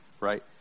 Right